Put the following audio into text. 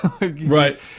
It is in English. Right